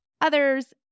others